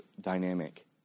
dynamic